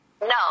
No